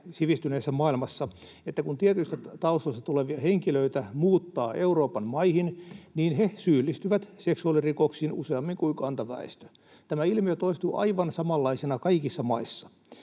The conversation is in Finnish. sivistyneessä maailmassa, että kun tietyistä taustoista tulevia henkilöitä muuttaa Euroopan maihin, niin he syyllistyvät seksuaalirikoksiin useammin kuin kantaväestö. Tämä ilmiö toistuu aivan samanlaisena kaikissa maissa.